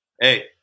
Hey